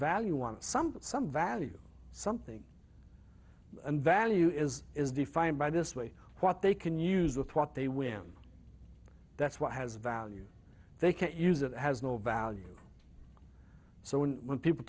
value one something some value something and value is is defined by this way what they can use with what they when that's what has value they can't use it has no value so when people